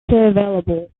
available